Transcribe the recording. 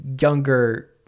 younger